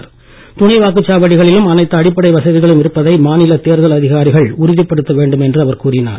மேலும் துணை வாக்குச்சாவடிகளிலும் அனைத்து அடிப்படை வசதிகளும் இருப்பதை மாநில தேர்தல் ஆணையம் உறுதி செய்ய வேண்டும் என்றும் அவர் கூறினார்